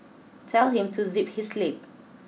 tell him to zip his lip